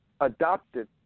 adopted